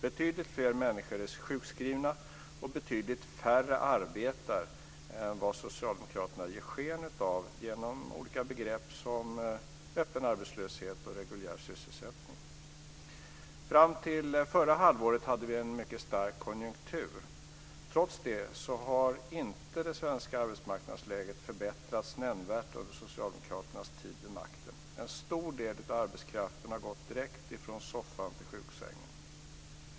Betydligt fler människor är sjukskrivna, och det är betydligt färre som arbetar än vad Socialdemokraterna vill ge sken av genom olika begrepp såsom öppen arbetslöshet och reguljär sysselsättning. Fram till förra halvåret hade vi en mycket stark konjunktur. Trots det har det svenska arbetsmarknadsläget inte förbättrats nämnvärt under Socialdemokraternas tid vid makten. En stor del av arbetskraften har gått direkt från soffan till sjuksängen.